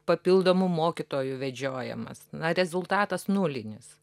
papildomų mokytojų vedžiojamas na rezultatas nulinis